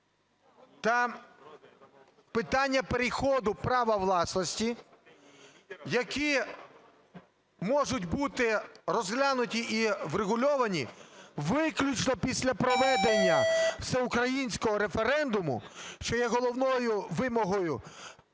та питання переходу права власності, які можуть бути розглянуті і врегульовані виключно після проведення всеукраїнського референдуму, що є головною вимогою